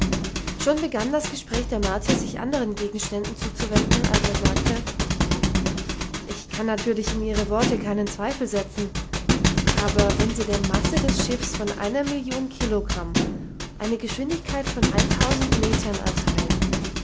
schon begann das gespräch der martier sich anderen gegenständen zuzuwenden als er sagte ich kann natürlich in ihre worte keinen zweifel setzen aber wenn sie der masse des schiffs von einer million kilogramm eine geschwindigkeit von metern erteilen